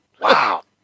Wow